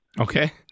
Okay